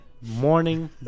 Morning